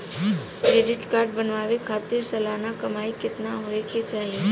Credit card बनवावे खातिर सालाना कमाई कितना होए के चाही?